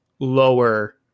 lower